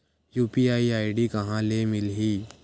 UPI ID कहां ले मिलही?